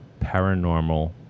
paranormal